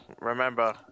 remember